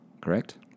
correct